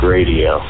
Radio